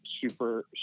super